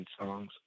songs